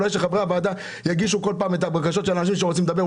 אולי שחברי הוועדה יגישו כל פעם את הבקשות של אנשים שרוצים לדבר.